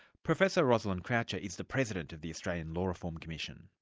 professor rosalind croucher is the president of the australian law reform commission.